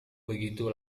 begitu